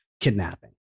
kidnapping